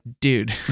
dude